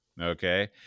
Okay